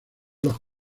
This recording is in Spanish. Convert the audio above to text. los